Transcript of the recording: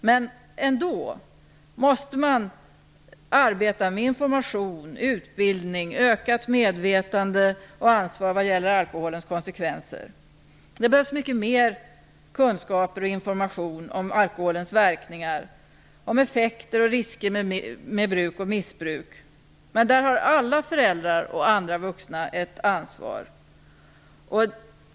Men man måste ändå arbeta med information och utbildning, och man måste öka medvetandet och ansvaret i fråga om alkoholens konsekvenser. Det behövs mycket mer kunskap och information om alkoholens verkningar, om effekter och om risker med bruk och missbruk. Där har alla föräldrar och andra vuxna ett ansvar.